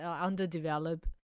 underdeveloped